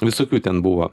visokių ten buvo